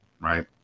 Right